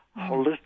Holistic